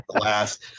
last